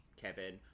kevin